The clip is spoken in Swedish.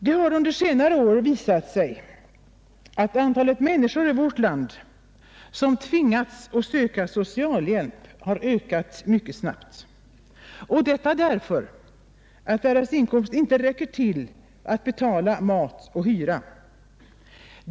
Det har under senare år visat sig att antalet människor i vårt land som tvingats att söka socialhjälp har ökats mycket snabbt och detta därför att deras inkomst inte räcker till att betala mat och hyra.